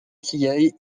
tilleuls